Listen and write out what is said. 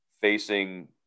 facing